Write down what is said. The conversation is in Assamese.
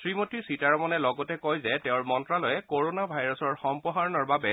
শ্ৰীমতী সীতাৰমনে লগতে কয় যে তেওঁৰ মন্তালয়ে কৰনা ভাইৰাছৰ সম্প্ৰসাৰণৰ বাবে